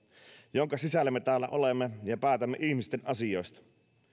jonka sisällä me täällä olemme ja päätämme ihmisten asioista